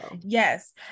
Yes